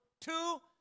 two